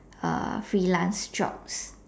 uh freelance jobs